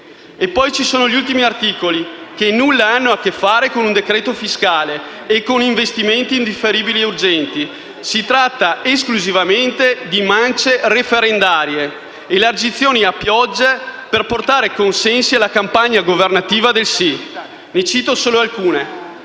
E poi ci sono gli ultimi articoli, che nulla hanno a che fare con un decreto fiscale e con investimenti indifferibili e urgenti. Si tratta esclusivamente di mance referendarie, di elargizioni a pioggia per portare consensi alla campagna governativa per il "sì". Ne cito solo alcune: